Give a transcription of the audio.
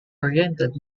orientated